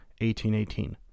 1818